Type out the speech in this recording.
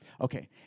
Okay